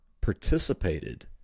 participated